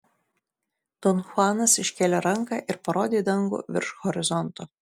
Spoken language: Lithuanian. don chuanas iškėlė ranką ir parodė į dangų virš horizonto